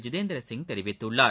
ஜிதேந்திரசிங் தெரிவித்துள்ளார்